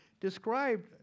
described